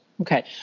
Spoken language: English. okay